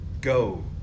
go